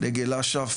דגל אש"ף